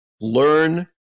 Learn